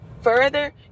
further